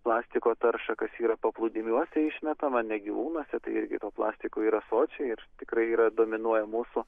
plastiko taršą kas yra paplūdimiuose išmetama ne gyvūnuose tai irgi to plastiko yra sočiai ir tikrai yra dominuoja mūsų